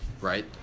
right